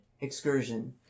excursion